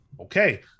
Okay